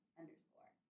underscore